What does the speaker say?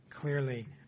clearly